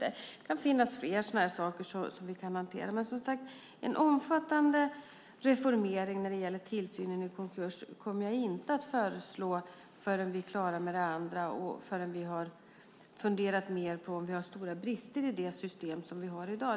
Det kan finnas fler sådana saker som vi kan hantera. Men, som sagt, jag kommer inte att föreslå en omfattande reformering när det gäller tillsynen i konkurs förrän vi är klara med det andra och förrän vi har funderat mer på om vi har stora brister i det system som vi har i dag.